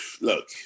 Look